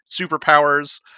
superpowers